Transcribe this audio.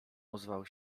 ozwał